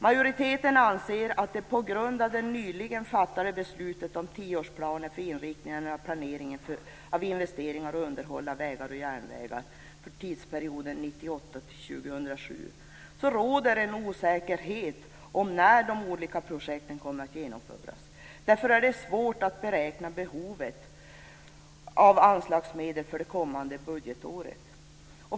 Majoriteten anser att det på grund av det nyligen fattade beslutet om tioårsplaner för inriktningen av planeringen av investeringar och underhåll av vägar och järnvägar för tidsperioden 1998-2007 råder en osäkerhet om när de olika projekten kommer att genomföras. Därför är det svårt att beräkna behovet av anslagsmedel för det kommande budgetåret.